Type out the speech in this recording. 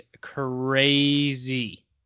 crazy